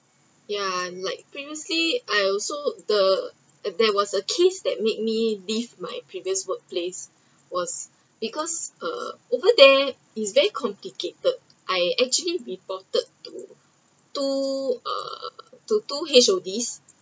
ya like previously I also the there was a case that make me leave my previous work place was because uh over there is very complicated I actually reported to two uh the two H_O_D